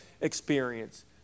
experience